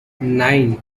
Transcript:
nine